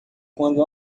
quando